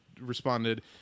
responded